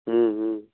हूँ हूँ